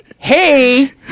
Hey